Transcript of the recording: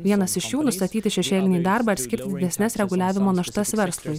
vienas iš jų nustatyti šešėlinį darbą ir skirti didesnes reguliavimo naštas verslui